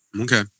Okay